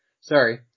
Sorry